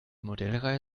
modellreihe